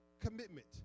commitment